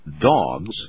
dogs